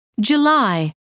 july